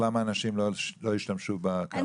למה אנשים לא השתמשו בקו הזה?